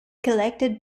collected